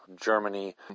Germany